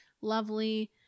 Lovely